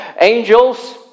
angels